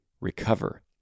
recover